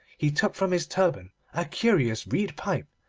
he took from his turban a curious reed pipe,